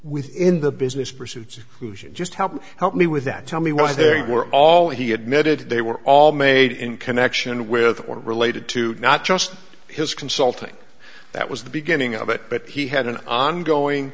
within the business pursuits who should just help help me with that tell me what i think we're all he admitted they were all made in connection with or related to not just his consulting that was the beginning of it but he had an ongoing